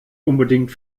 unbedingt